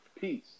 peace